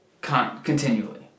continually